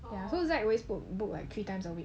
that's why I always book book three times a week